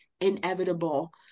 inevitable